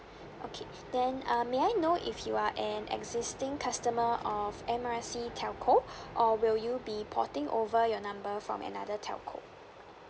okay then um may I know if you are an existing customer of M_R_C telco or will you be porting over your number from another telco